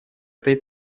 этой